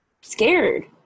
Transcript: scared